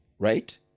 right